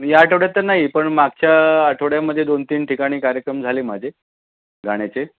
या आठवड्यात तर नाही पण मागच्या आठवड्यामध्ये दोन तीन ठिकाणी कार्यक्रम झाले माझे गाण्याचे